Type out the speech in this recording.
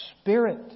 spirit